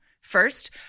first